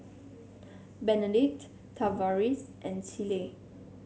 Benedict Tavaris and Celie